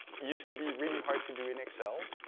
used to be really hard to do in excel.